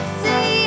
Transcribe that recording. see